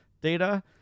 data